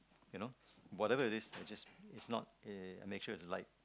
you know whatever it is I just is not I make sure it's light